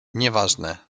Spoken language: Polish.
nieważne